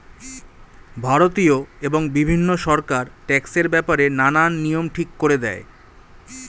ভারতীয় এবং বিভিন্ন সরকার ট্যাক্সের ব্যাপারে নানান নিয়ম ঠিক করে দেয়